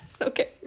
Okay